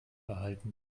erhalten